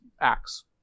acts